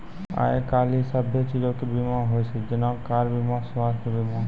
आइ काल्हि सभ्भे चीजो के बीमा होय छै जेना कार बीमा, स्वास्थ्य बीमा